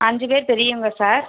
அஞ்சு பேர் பெரியவங்க சார்